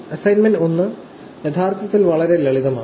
assignment 1 യഥാർത്ഥത്തിൽ വളരെ ലളിതമാണ്